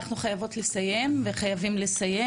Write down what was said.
אנחנו חייבות וחייבים לסיים.